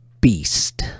beast